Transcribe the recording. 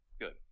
Good